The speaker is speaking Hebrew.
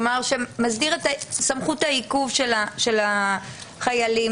שמסדיר את סמכות העיכוב של החיילים.